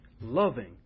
loving